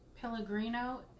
Pellegrino